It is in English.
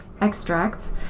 extracts